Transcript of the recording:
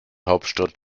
hauptstadt